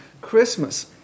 Christmas